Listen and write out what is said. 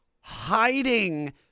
hiding